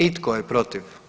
I tko je protiv?